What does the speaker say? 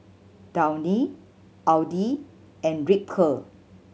Downy Audi and Ripcurl